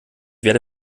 werde